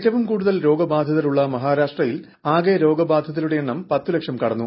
ഏറ്റവും കൂടുതൽ രോഗബാധിതർ ഉള്ള മഹാരാഷ്ട്രയിൽ ആകെ രോഗബാധിതരുടെ എണ്ണം പത്തു ലക്ഷം കടന്നു